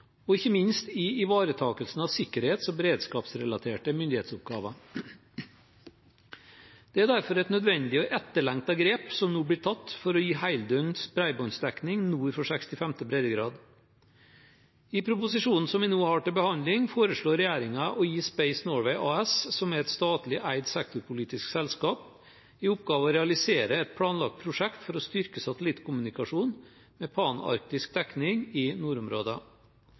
og ikke minst ivaretagelsen av sikkerhets- og beredskapsrelaterte myndighetsoppgaver. Det er derfor et nødvendig og etterlengtet grep som nå blir tatt for å gi heldøgns bredbåndsdekning nord for 65. breddegrad. I proposisjonen som vi nå har til behandling, foreslår regjeringen å gi Space Norway AS, som er et statlig eid sektorpolitisk selskap, i oppgave å realisere et planlagt prosjekt for å styrke satellittkommunikasjonen med panarktisk dekning i